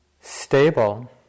stable